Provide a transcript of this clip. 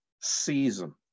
season